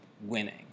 winning